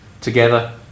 Together